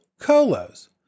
colos